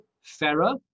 fairer